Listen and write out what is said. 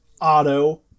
Auto